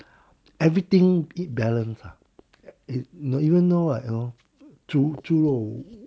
everything eat balance ah it's even though you know 猪猪肉